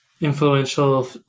influential